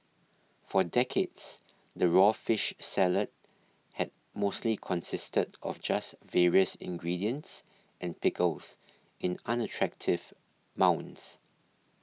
for decades the raw fish salad had mostly consisted of just various ingredients and pickles in unattractive mounds